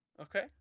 okay